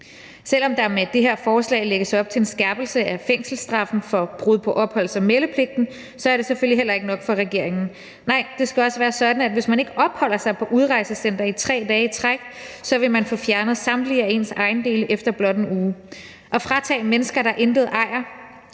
Selv om der med det her forslag lægges op til en skærpelse af fængselsstraffen for brud på opholds- og meldepligten, er det selvfølgelig heller ikke nok for regeringen. Nej, det skal også være sådan, at man, hvis man ikke opholder sig på udrejsecenteret i 3 dage i træk, vil få fjernet samtlige af ens ejendele efter blot en uge. At fratage mennesker, der intet ejer,